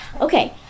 Okay